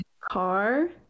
car